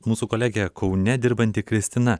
mūsų kolegė kaune dirbanti kristina